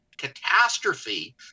catastrophe